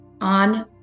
on